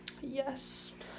Yes